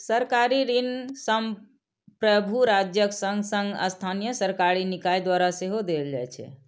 सरकारी ऋण संप्रभु राज्यक संग संग स्थानीय सरकारी निकाय द्वारा सेहो देल जाइ छै